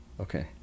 okay